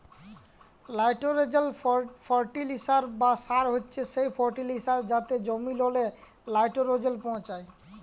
লাইটোরোজেল ফার্টিলিসার বা সার হছে সেই ফার্টিলিসার যাতে জমিললে লাইটোরোজেল পৌঁছায়